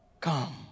Come